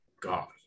God